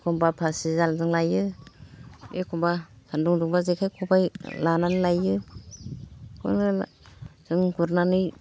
एखमबा फासि जालजों लाइयो एखमबा सान्दुं दुंबा जेखाय खबाइ लानानै लाइयो जों गुरनानै